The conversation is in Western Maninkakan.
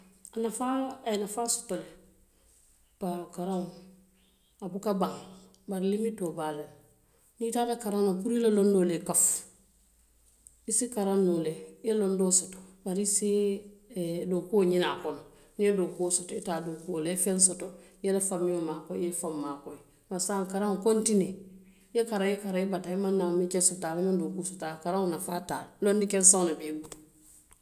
A nafaa, a ye nafaa soto le tubaabu karaŋ, a buka baŋ bari limitoo be a la le. Niŋ i taata karaŋo la puru ila loondoolu ye kafu. I se karaŋ noo le, i ye loondoo soto bari i se dookuo ñiniŋ a kono niŋ ye dookuo soto i ye taa dookuo la. I ye feŋ soto, ila famio maakooyi i ye i faŋo maakooyi. Bari saayiŋ karaŋ kontinee i ye karaŋ, i ye karaŋ, i ye bataa, i maŋ naa mecce soto a la, i maŋ naa dookuu soto a la, a karaŋo nafaa te a la loondi kenseŋo le be i bulu.